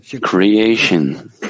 Creation